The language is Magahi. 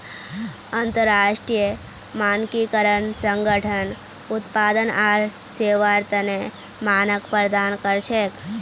अंतरराष्ट्रीय मानकीकरण संगठन उत्पाद आर सेवार तने मानक प्रदान कर छेक